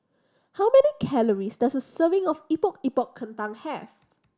how many calories does a serving of Epok Epok Kentang have